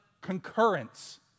concurrence